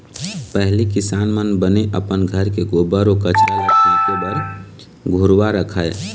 पहिली किसान मन बने अपन घर के गोबर अउ कचरा ल फेके बर घुरूवा रखय